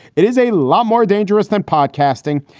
it is a lot more dangerous than podcasting,